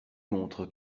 montre